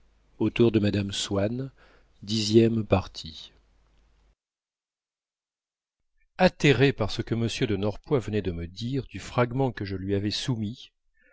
atterré par ce que m de norpois venait de me dire du fragment que je lui avais soumis